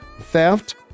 theft